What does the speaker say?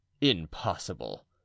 impossible